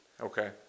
Okay